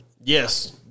yes –